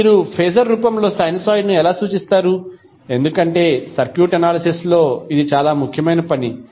ఇప్పుడు మీరు ఫేజర్ రూపంలో సైనూసోయిడ్ ను ఎలా సూచిస్తారు ఎందుకంటే సర్క్యూట్ అనాలిసిస్ లో ఇది చాలా ముఖ్యమైన పని